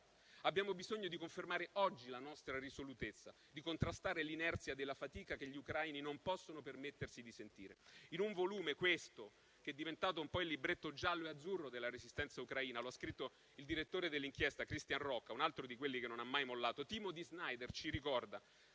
Abbiamo bisogno di confermare oggi la nostra risolutezza, di contrastare l'inerzia della fatica che gli ucraini non possono permettersi di sentire. In un volume, questo, che è diventato un po' il libretto giallo e azzurro della resistenza ucraina - lo ha scritto il direttore dell'inchiesta Christian Rocca, un altro di quelli che non hanno mai mollato - Timothy Snyder ci ricorda